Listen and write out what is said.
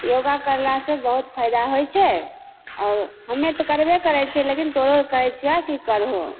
योगा करलासे बहुत फायदा होइ छै आओर हमे तऽ करबे करै छिए लेकिन तोहरो कहै छिअऽ कि करहो